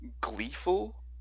gleeful